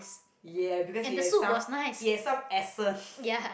ya because it has some ya some excess